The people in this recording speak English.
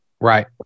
Right